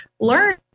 learn